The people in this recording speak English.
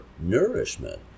nourishment